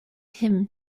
him